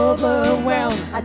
Overwhelmed